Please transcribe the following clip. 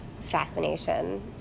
Fascination